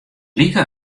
like